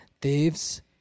thieves